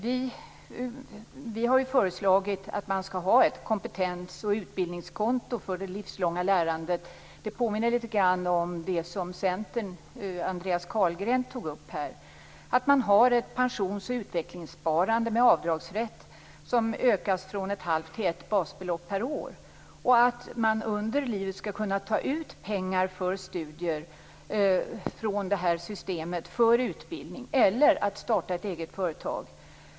Vi har föreslagit att man skall ha ett kompetensoch utbildningskonto för det livslånga lärandet. Det påminner litet om det som Centerns Andreas Carlgren tog upp här. Man skall ha ett pensions och utvecklingssparande med avdragsrätt, som ökas med från ett halvt till ett basbelopp per år. Under livet skall man kunna ta ut pengar från systemet för utbildning eller start av eget företag.